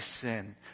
sin